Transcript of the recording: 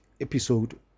episode